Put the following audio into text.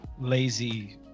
lazy